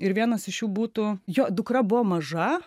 ir vienas iš jų būtų jo dukra buvo maža